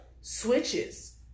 switches